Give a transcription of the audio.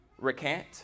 recant